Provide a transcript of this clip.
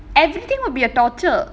everything would be a torture